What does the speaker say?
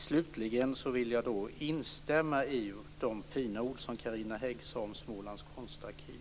Slutligen vill jag instämma i de fina ord som Carina Hägg sade om Smålands Konstarkiv.